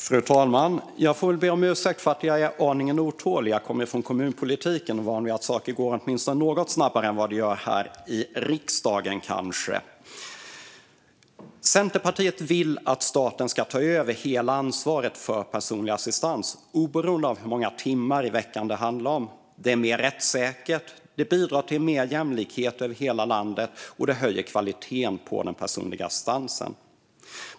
Fru talman! Jag får väl be om ursäkt för att jag är aningen otålig. Jag kommer från kommunpolitiken och är van vid att saker går åtminstone något snabbare än vad de kanske gör här i riksdagen. Centerpartiet vill att staten ska ta över hela ansvaret för personlig assistans, oberoende av hur många timmar i veckan det handlar om. Det är mer rättssäkert, det bidrar till mer jämlikhet över hela landet, och det höjer kvaliteten på den personliga assistansen.